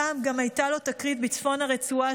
פעם גם הייתה לו תקרית בצפון הרצועה,